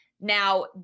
Now